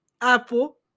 Apple